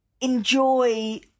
enjoy